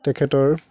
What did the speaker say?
তেখেতৰ